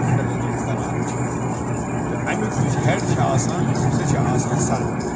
handle یعنی کہِ کران چھِ تہٕ اَمیٛک یُس ہیٚڈ چھُ آسان سُہ چھُ آسان سرپنٛچ